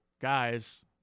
guys